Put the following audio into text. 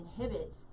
inhibit